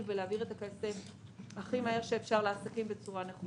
ולהעביר את הכסף הכי מהר שאפשר לעסקים בצורה נכונה.